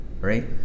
right